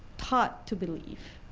taught to believe?